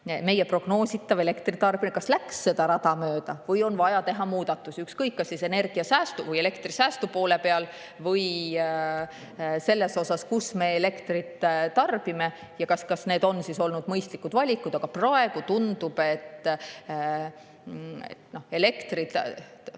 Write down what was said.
meie prognoositav elektritarbimine läks seda rada mööda või on vaja teha muudatusi, ükskõik kas energiasäästu või elektrisäästu poole peal või selles, kus me elektrit tarbime ja kas need on olnud mõistlikud valikud. Aga praegu tundub, et